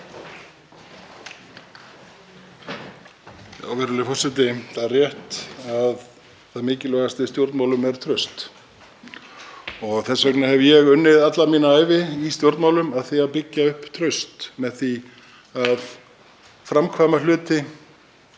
Virðulegur forseti. Það er rétt að það mikilvægasta í stjórnmálum er traust. Þess vegna hef ég unnið alla mína ævi í stjórnmálum að því að byggja upp traust með því að framkvæma hluti